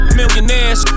millionaires